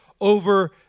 over